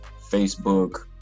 Facebook